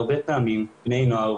הרבה פעמים בני נוער,